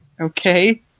Okay